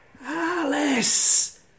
Alice